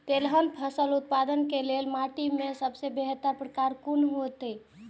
तेलहन फसल उत्पादन के लेल माटी के सबसे बेहतर प्रकार कुन होएत छल?